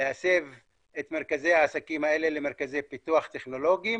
להסב את מרכזי העסקים האלה למרכזי פיתוח טכנולוגיים